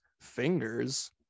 fingers